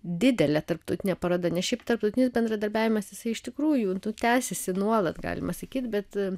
didelė tarptautinė paroda ne šiaip tarptautinis bendradarbiavimas jisai iš tikrųjų nu tęsiasi nuolat galima sakyt bet